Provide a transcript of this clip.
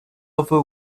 other